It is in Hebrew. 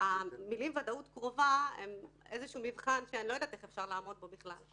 המילים "ודאות קרובה" הם מבחן שאני לא יודעת איך אפשר לעמוד בו בכלל.